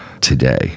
today